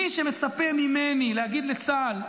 מי שמצפה ממני להגיד לצה"ל,